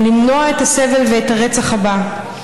למנוע את הסבל ואת הרצח הבא.